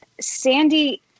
Sandy